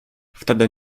wtedy